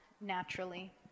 naturally